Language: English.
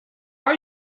are